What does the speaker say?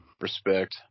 Respect